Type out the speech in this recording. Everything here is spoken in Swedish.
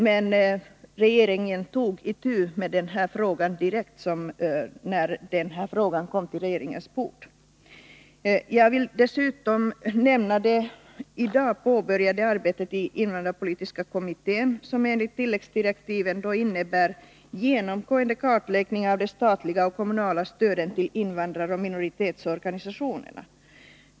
Men regeringen tog alltså itu med den här frågan direkt när den kom på regeringens bord. Jag vill vidare nämna det i dag påbörjade arbetet i invandrarpolitiska kommittén, som enligt tilläggsdirektiven innebär genomgående kartläggning av det statliga och kommunala stödet till invandraroch minoritetsorganisationerna.